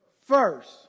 first